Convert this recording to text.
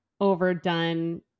overdone